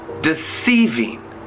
deceiving